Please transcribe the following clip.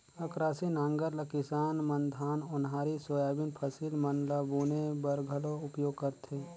अकरासी नांगर ल किसान मन धान, ओन्हारी, सोयाबीन फसिल मन ल बुने बर घलो उपियोग करथे